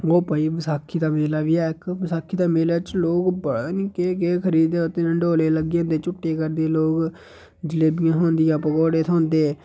ओह् भई बसाखी दा मेला बी ऐ इक बसाखी दा मेले च लोक पता निं केह् केह् खरीददे गंडोले लग्गे दे झूटे लैंदे लोक जलेबियां थ्होंदियां पकोड़े थ्होंदे